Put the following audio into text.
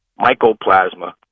mycoplasma